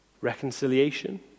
Reconciliation